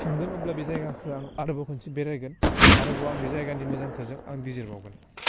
थांगोन अब्ला बे जायगाखौ आं आरोबाव खनसे बेरायगोन आरोबाव आं बे जायगानि मोजांखौ जों आं बिजिरबावगोन